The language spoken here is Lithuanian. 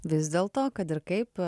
vis dėlto kad ir kaip